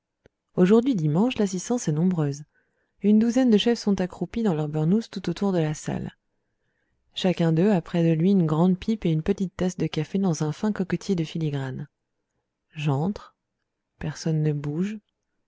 aujourd'hui dimanche l'assistance est nombreuse une douzaine de chefs sont accroupis dans leurs beurnouss tout autour de la salle chacun d'eux a près de lui une grande pipe et une petite tasse de café dans un fin coquetier de filigrane j'entre personne ne bouge